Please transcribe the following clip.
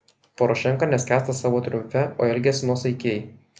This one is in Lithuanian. porošenka neskęsta savo triumfe o elgiasi nuosaikiai